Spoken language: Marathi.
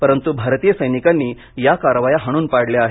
परंतु भारतीय सैनिकांनी या कारवाया हाणून पाडल्या आहेत